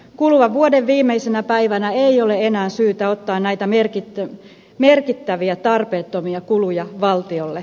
kuluvan vuoden viimeisenä päivänä ei ole enää syytä ottaa näitä merkittäviä tarpeettomia kuluja valtiolle